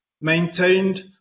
maintained